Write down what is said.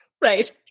Right